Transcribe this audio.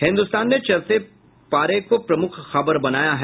हिन्दुस्तान ने चढ़ते पारे को प्रमुख खबर बनाया है